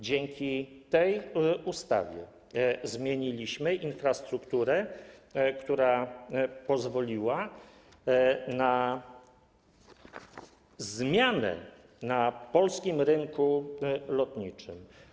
Dzięki tej ustawie zmieniliśmy infrastrukturę, która pozwoliła na zmianę na polskim rynku lotniczym.